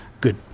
good